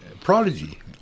Prodigy